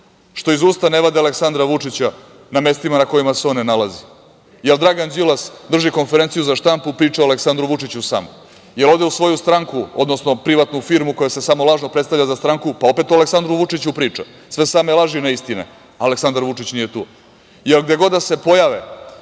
što iz usta ne vade Aleksandra Vučića na mestima na kojima se on ne nalazi. Da li Dragan Đilas drži konferenciju za štampu, priča o Aleksandru Vučiću sam. Da li ode u svoju stranku, odnosno privatnu firmu koja se samo lažno predstavlja za stranku, pa opet o Aleksandru Vučiću priča sve same laži, neistine, a Aleksandar Vučić nije tu. Jel gde god se pojave